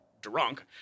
drunk